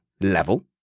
level